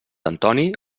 antoni